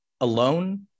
alone